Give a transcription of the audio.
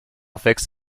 fix